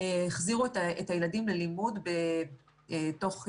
החזירו את הילדים ללימוד תוך ישיבה,